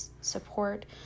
support